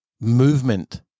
movement